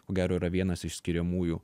ko geriau yra vienas iš skiriamųjų